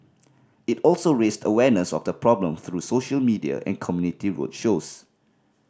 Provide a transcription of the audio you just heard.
it also raised awareness of the problem through social media and community road shows